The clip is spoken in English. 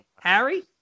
Harry